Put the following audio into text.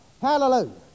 Hallelujah